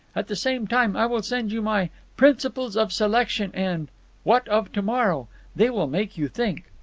at the same time i will send you my principles of selection and what of to-morrow they will make you think.